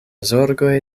zorgoj